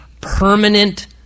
permanent